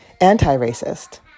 anti-racist